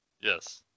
Yes